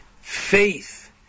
faith